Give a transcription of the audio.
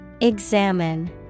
Examine